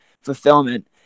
fulfillment